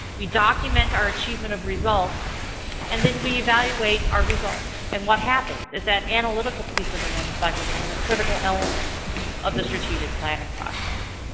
we document our achievement of results and then we evaluate our results. and what happens is that analytical piece of the roma cycle which is a critical element of the strategic planning process.